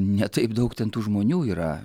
ne taip daug ten tų žmonių yra